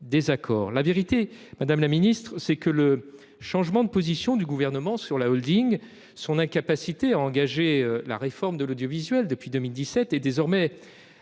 La vérité, madame la ministre, est que le changement de position du Gouvernement sur la holding, son incapacité à engager la réforme de l'audiovisuel depuis 2017 et, désormais,